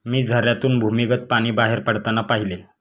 मी झऱ्यातून भूमिगत पाणी बाहेर पडताना पाहिले